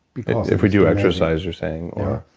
because if we do exercise you're saying, or.